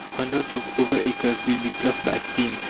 hundreds of other acres will be ploughed by steam,